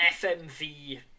FMV